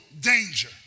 danger